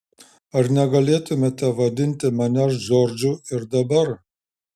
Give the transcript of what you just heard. ar negalėtumėte vadinti manęs džordžu ir dabar